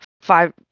five